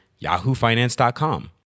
yahoofinance.com